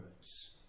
words